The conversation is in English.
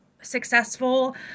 successful